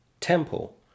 Temple